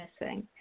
missing